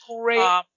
Great